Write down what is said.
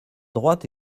droite